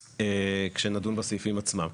כשנדון בסעיפים עצמם.